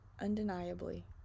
Undeniably